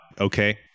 okay